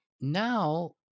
now